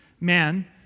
man